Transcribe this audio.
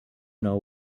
know